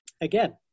Again